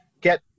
get